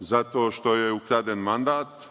zato što joj je ukraden mandat,